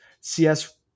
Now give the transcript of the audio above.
CS